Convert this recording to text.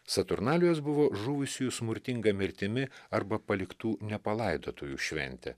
saturnalijos buvo žuvusiųjų smurtinga mirtimi arba paliktų nepalaidotųjų šventė